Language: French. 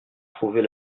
trouver